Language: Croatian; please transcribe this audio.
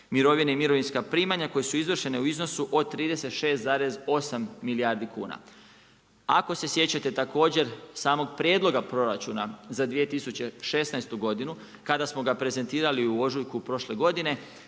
mirovine i mirovinska primanja koja su izvršena u iznosu od 36,8 milijardi kuna. Ako se sjećate također samog prijedloga proračuna za 2016. godinu, kada smo ga prezentirali u ožujku prošle godine